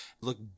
look